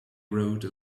rode